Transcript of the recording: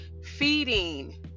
Feeding